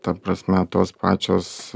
ta prasme tos pačios